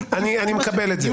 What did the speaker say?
אני מקבל את זה.